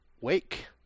wake